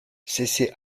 cessez